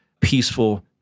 peaceful